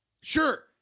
sure